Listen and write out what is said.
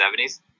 1970s